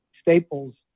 staples